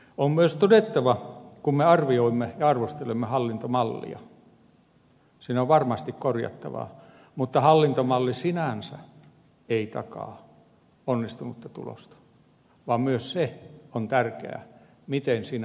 on myös todettava kun me arvioimme ja arvostelemme hallintomallia siinä on varmasti korjattavaa että hallintomalli sinänsä ei takaa onnistunutta tulosta vaan myös se on tärkeää miten siinä hallintomallissa toimitaan